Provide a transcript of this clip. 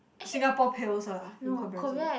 Singapore pales lah in comparison